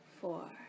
four